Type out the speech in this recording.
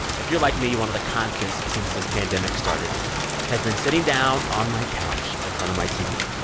if you're like me, one of the constants since this pandemic started has been sitting down on my couch in front of my tv.